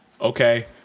Okay